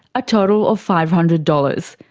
a total of five hundred dollars.